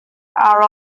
are